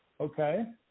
Okay